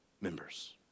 members